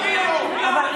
הלאה.